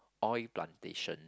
oil plantation